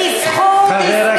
אל תתבלבלי, זה הלוואה.